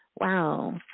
wow